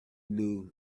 knew